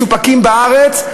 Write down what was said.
מסופקות בארץ,